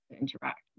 interact